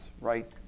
right